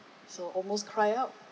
so almost cry out